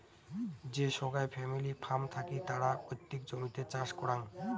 যে সোগায় family farm থাকি তারা পৈতৃক জমিতে চাষ করাং